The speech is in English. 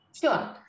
Sure